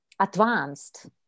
advanced